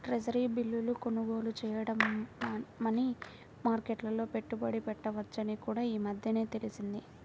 treasury బిల్లును కొనుగోలు చేయడం మనీ మార్కెట్లో పెట్టుబడి పెట్టవచ్చని కూడా ఈ మధ్యనే తెలిసింది